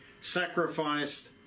sacrificed